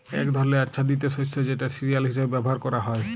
এক ধরলের আচ্ছাদিত শস্য যেটা সিরিয়াল হিসেবে ব্যবহার ক্যরা হ্যয়